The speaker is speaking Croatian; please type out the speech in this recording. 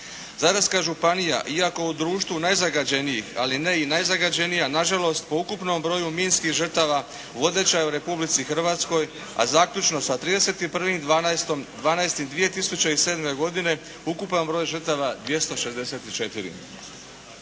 Zadarska županija iako u društvu najzagađenijih, ali ne i najzagađenija, na žalost po ukupnom broju minskih žrtava vodeća je u Republici Hrvatskoj, a zaključno sa 31.12.2007. godine ukupan broj žrtava 264.